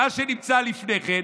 מה שנמצא לפני כן,